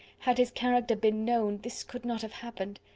had his character been known, this could not have happened.